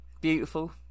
Beautiful